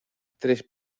tres